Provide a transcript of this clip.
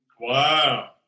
Wow